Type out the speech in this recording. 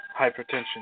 Hypertension